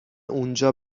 اونجا